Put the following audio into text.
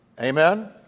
Amen